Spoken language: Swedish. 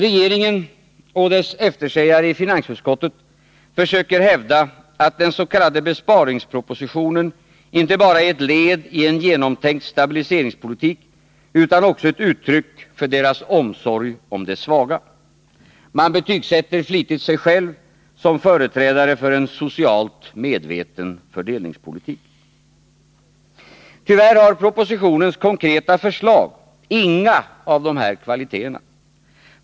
Regeringen och dess eftersägare i finansutskottet försöker hävda att den s.k. besparingspropositionen inte bara är ett led i en genomtänkt stabiliseringspolitik utan också ett uttryck för deras omsorg om de svaga. Man betygsätter flitigt sig själv som företrädare för en socialt medveten fördelningspolitik. Tyvärr har propositionens konkreta förslag inga av dessa kvaliteter.